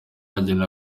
yageneye